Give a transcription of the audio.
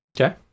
Okay